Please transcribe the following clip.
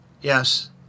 Yes